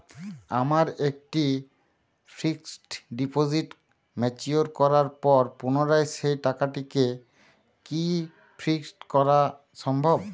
আমার একটি fixed deposit mature করার পর পুনরায় সেই টাকাটিকে কি ফিক্সড করা সম্ভব?